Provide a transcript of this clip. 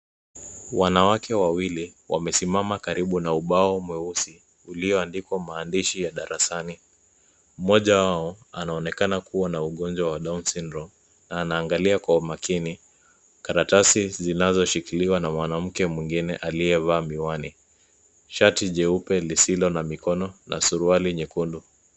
Wanawake wawili wamesimama karibu na ubao mweusi ulioandikwa maandishi ya darasani. Mmoja wao anaonekana kuwa na ugonjwa wa down syndrome na anaangalia kwa umakini karatasi zinazoshikiliwa na mwanamke mwingine aliyevaa miwani, shati jeupe lisilo na mikono na suruali nyekundu.